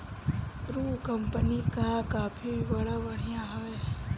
Bru company कअ coffee भी बड़ा बढ़िया हवे